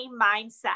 mindset